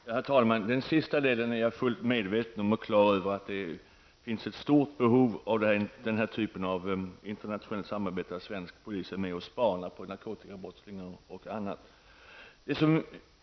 Herr talman! Jag är fullt medveten om och klar över att det -- som ministern sade i slutet av sitt inlägg -- finns ett stort behov av den här typen av internationellt samarbete, t.ex. när den svenska polisen är med och spanar på narkotikabrottslingar.